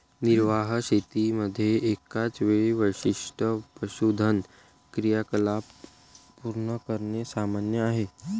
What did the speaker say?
निर्वाह शेतीमध्ये एकाच वेळी विशिष्ट पशुधन क्रियाकलाप पूर्ण करणे सामान्य आहे